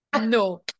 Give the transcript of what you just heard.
no